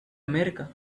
america